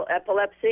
epilepsy